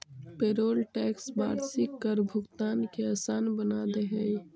payroll tax वार्षिक कर भुगतान के असान बना दे हई